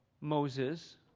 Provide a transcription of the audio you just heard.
Moses